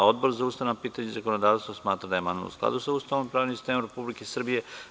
Odbor za ustavna pitanja i zakonodavstvo smatra da je amandman u skladu sa Ustavom i pravnim sistemom Republike Srbije.